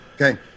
Okay